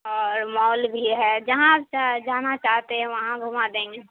اور مال بھی ہے جہاں آپ چاہے جانا چاہتے ہیں وہاں گھما دیں گے